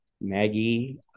Maggie